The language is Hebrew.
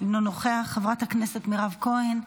אינו נוכח, חברת הכנסת מירב כהן,